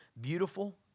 beautiful